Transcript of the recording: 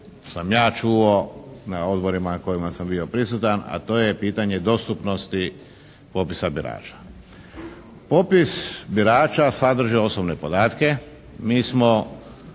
sam ja čuo na odborima na kojima sam bio prisutan, a to je pitanje dostupnosti popisa birača. Popis birača sadrži osobne podatke.